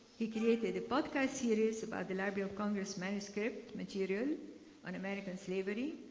he created a podcast series about the library of congress manuscript material on american slavery,